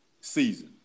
season